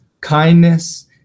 kindness